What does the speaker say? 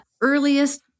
earliest